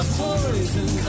poison